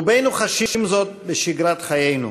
רובנו חשים זאת בשגרת חיינו,